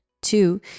Two